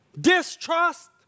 distrust